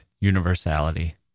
universality